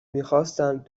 میخواستند